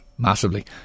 Massively